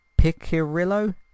Piccirillo